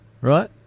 Right